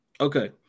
Okay